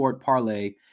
parlay